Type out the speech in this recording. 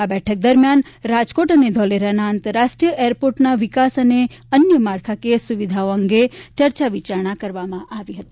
આ બેઠક દરમ્યાન રાજકોટ અને ધોલેરાના આંતરરાષ્ટ્રિય એરપોર્ટના વિકાસ અને અન્ય માળખાકીય સુવિધાઓ અંગે ચર્ચા પરામર્શ કરવામાં આવ્યો હતો